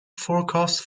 forecast